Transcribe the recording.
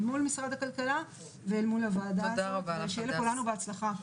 מול משרד הכלכלה ואל מול הוועדה ושיהיה לכולנו בהצלחה.